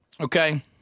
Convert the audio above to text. Okay